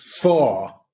four